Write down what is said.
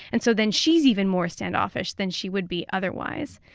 and so then she's even more standoffish than she would be otherwise.